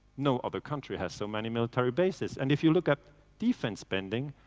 no other country has so many military bases. and if you look at defense spending,